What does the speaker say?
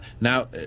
Now